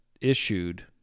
issued